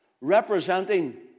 representing